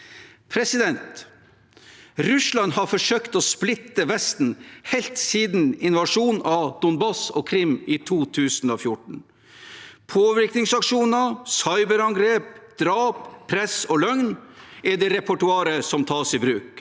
Russland har forsøkt å splitte Vesten helt siden invasjonen av Donbas og Krym i 2014. Påvirkningsaksjoner, cyberangrep, drap, press og løgn er repertoaret som tas i bruk.